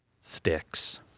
sticks